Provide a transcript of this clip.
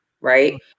right